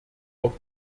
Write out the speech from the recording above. auf